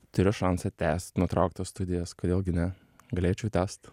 turiu šansą tęst nutrauktas studijas kodėl gi ne galėčiau tęst